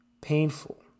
painful